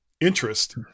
interest